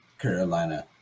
Carolina